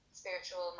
spiritual